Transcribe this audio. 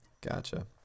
gotcha